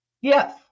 Yes